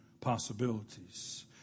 possibilities